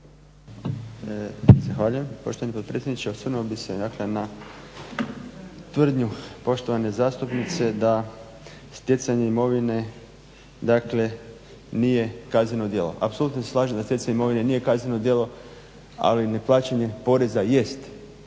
poštovani potpredsjedniče. Osvrnuo bih se na tvrdnju poštovane zastupnice da stjecanje imovine dakle nije kazneno djelo. Apsolutno se slažem da stjecanje imovine nije kazneno djelo ali neplaćanje poreza jest